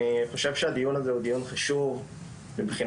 אני חושב שהדיון הזה הוא דיון חשוב מבחינת